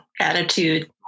attitude